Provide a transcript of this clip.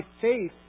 faith